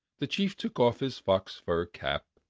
the chief took off his fox-fur cap,